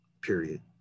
period